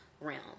realm